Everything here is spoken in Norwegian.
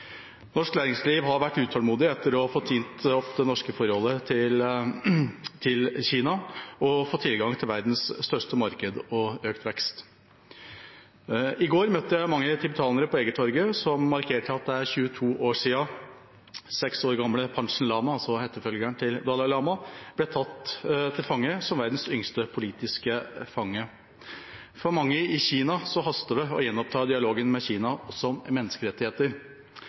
Norsk næringsliv har vært utålmodig etter å få tint opp det norske forholdet til Kina, få tilgang til verdens største marked og få økt vekst. I går møtte jeg mange tibetanere på Egertorget, som markerte at det er 22 år siden den 6 år gamle Panchen Lama, altså etterfølgeren til Dalai Lama, ble tatt til fange, som verdens yngste politiske fange. For mange i Kina haster det med å gjenoppta dialogen med Kina, også om menneskerettigheter.